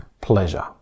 pleasure